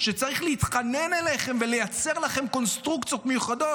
שצריך להתחנן אליכם ולייצר לכם קונסטרוקציות מיוחדות?